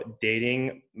dating